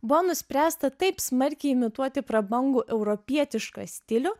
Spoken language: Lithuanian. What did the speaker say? buvo nuspręsta taip smarkiai imituoti prabangų europietišką stilių